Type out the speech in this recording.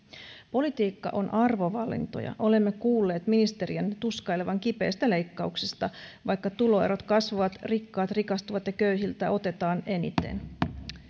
politiikka on arvovalintoja olemme kuulleet ministerien tuskailevan kipeistä leikkauksista vaikka tuloerot kasvavat rikkaat rikastuvat ja köyhiltä otetaan eniten